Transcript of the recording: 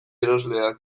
erosleak